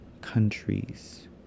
countries